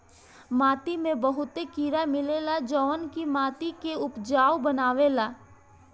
माटी में बहुते कीड़ा मिलेला जवन की माटी के उपजाऊ बनावेला